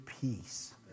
peace